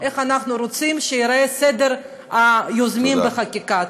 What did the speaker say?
איך אנחנו רוצים שייראה סדר היוזמים בחקיקה.